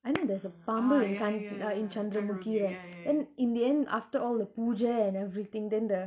I know there's a பாம்பு:paambu in kan~ uh in chandramukhi right then in the end after all the pooja and everything then the